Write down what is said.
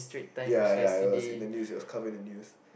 ya ya it was in the news it was covered in the news